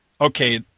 okay